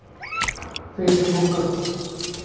face book